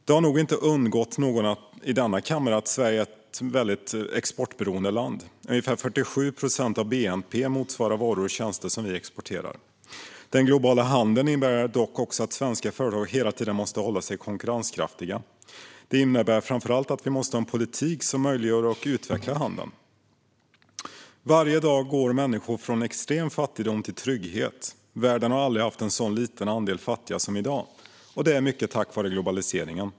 Det har nog inte undgått någon i denna kammare att Sverige är ett mycket exportberoende land. De varor och tjänster som vi exporterar motsvarar ungefär 47 procent av bnp. Den globala handeln innebär dock också att svenska företag hela tiden måste hålla sig konkurrenskraftiga. Det innebär framför allt att vi måste ha en politik som möjliggör och utvecklar handeln. Varje dag går människor från extrem fattigdom till trygghet. Världen har aldrig haft en så liten andel fattiga som i dag, och det är mycket tack vare globaliseringen.